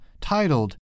titled